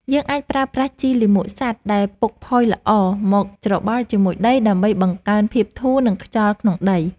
យើងអាចប្រើប្រាស់ជីលាមកសត្វដែលពុកផុយល្អមកច្របល់ជាមួយដី ដើម្បីបង្កើនភាពធូរ និងខ្យល់ក្នុងដី។